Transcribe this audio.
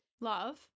Love